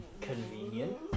convenient